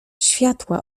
światła